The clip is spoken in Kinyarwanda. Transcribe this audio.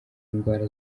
indwara